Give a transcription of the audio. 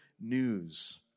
news